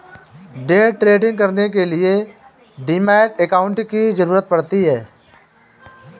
day trading करने के लिए डीमैट अकांउट की जरूरत पड़ती है